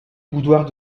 boudoir